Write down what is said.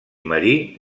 marí